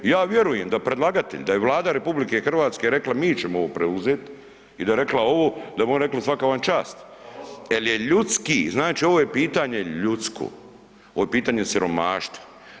Ja vjerujem da je predlagatelj da je Vlada RH rekla mi ćemo ovo preuzet i da je rekla ovo, da bi oni rekli svaka vam čast jel je ljudski, znači ovo je pitanje ljudsko, ovo je pitanje siromaštva.